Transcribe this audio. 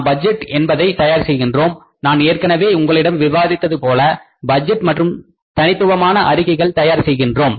நாம் பட்ஜெட் என்பதை தயார் செய்கின்றோம் நான் ஏற்கனவே உங்களிடம் விவாதித்தது போல பட்ஜெட் மற்றும் தனித்துவமான அறிக்கைகளை தயார் செய்கிறோம்